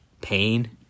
pain